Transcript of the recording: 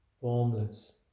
formless